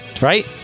Right